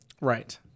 Right